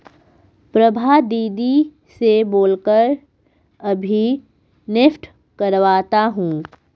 प्रभा दीदी से बोल कर अभी नेफ्ट करवाता हूं